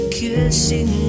kissing